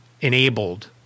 enabled